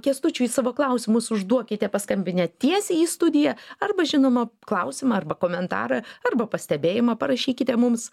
kęstučiui savo klausimus užduokite paskambinę tiesiai į studiją arba žinoma klausimą arba komentarą arba pastebėjimą parašykite mums